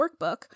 workbook